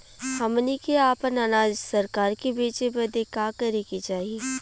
हमनी के आपन अनाज सरकार के बेचे बदे का करे के चाही?